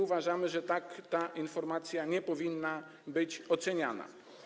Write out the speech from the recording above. Uważamy, że tak ta informacja nie powinna być oceniana.